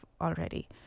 already